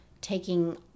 taking